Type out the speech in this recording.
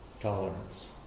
tolerance